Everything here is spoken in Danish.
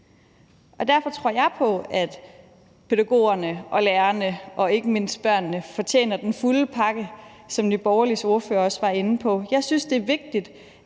Derfor tror jeg på, at pædagogerne og lærerne og ikke mindst børnene fortjener den fulde pakke, som Nye Borgerliges ordfører også var inde på. Jeg synes, det er vigtigt,